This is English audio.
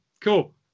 Cool